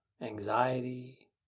anxiety